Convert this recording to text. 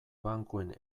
bankuen